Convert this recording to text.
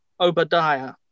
Obadiah